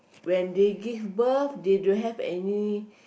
when they give birth they don't have any